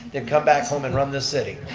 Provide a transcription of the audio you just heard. then come back home and run this city.